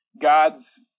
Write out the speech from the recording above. God's